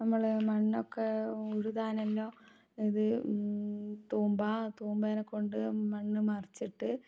നമ്മൾ മണ്ണൊക്കെ ഉഴുതാൻ എല്ലാം ഇത് തൂമ്പ തൂമ്പനെ കൊണ്ട് മണ്ണ് മറിച്ചിട്ട്